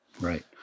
Right